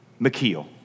McKeel